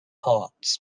heart